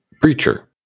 preacher